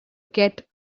get